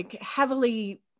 heavily